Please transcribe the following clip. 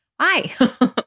Hi